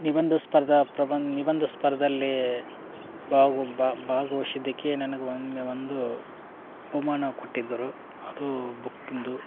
ನಿಬಂಧ ಸ್ಪರ್ಧ ಪ್ರಬನ್ ನಿಬಂಧ ಸ್ಪರ್ಧೆಯಲ್ಲಿ ಬಾಗ್ ಒಬ್ಬ ಭಾಗ್ವಹಿಸಿದಕ್ಕೆ ನನಗೆ ಒಮ್ಮೆ ಒಂದು ಬಹುಮಾನ ಕೊಟ್ಟಿದ್ದರು ಅದು ಬುಕ್ಕಿಂದು